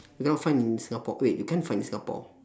you cannot find in singapore wait you can find in singapore